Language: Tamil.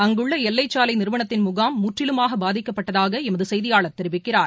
அங்குள்ளஎல்லைசாலைநிறுவனத்தின் முகாம் முற்றிலுமாகபாதிக்கப்பட்டதாகளமதுசெய்தியாளர் தெரிவிக்கிறார்